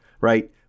right